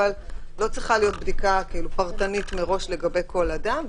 לא צריכה להיות בדיקה פרטנית מראש לגבי כל אדם.